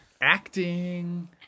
acting